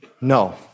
No